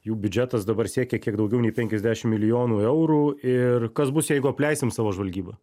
jų biudžetas dabar siekia kiek daugiau nei penkiasdešimt milijonų eurų ir kas bus jeigu apleisim savo žvalgybą